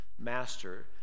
master